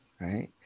right